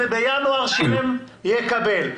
ובינואר יקבל.